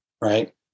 Right